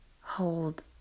hold